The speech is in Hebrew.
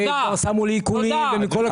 כבר שמו לי עיקולים --- תודה.